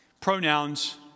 pronouns